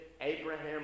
Abraham